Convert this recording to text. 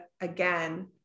again